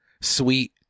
sweet